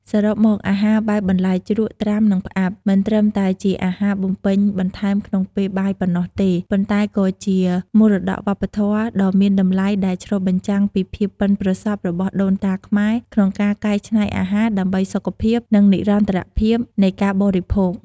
សរុបមក អាហារបែបបន្លែជ្រក់ ត្រាំ និងផ្អាប់ មិនត្រឹមតែជាអាហារបំពេញបន្ថែមក្នុងពេលបាយប៉ុណ្ណោះទេ ប៉ុន្តែក៏ជាមរតកវប្បធម៌ដ៏មានតម្លៃដែលឆ្លុះបញ្ចាំងពីភាពប៉ិនប្រសប់របស់ដូនតាខ្មែរក្នុងការកែច្នៃអាហារ ដើម្បីសុខភាព និងនិរន្តរភាពនៃការបរិភោគ។